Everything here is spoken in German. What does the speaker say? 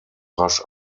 rasch